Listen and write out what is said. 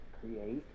create